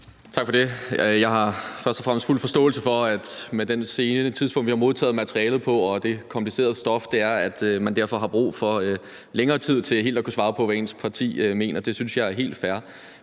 Tak for det. Jeg har først og fremmest fuld forståelse for, at med det sene tidspunkt, vi har modtaget materialet på, og det komplicerede stof, der er tale om, så har man brug for længere tid til helt at kunne svare på, hvad ens parti mener. Det synes jeg er helt fair.